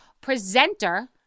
presenter